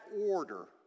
order